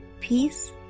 peace